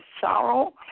sorrow